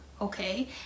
okay